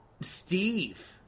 Steve